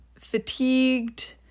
fatigued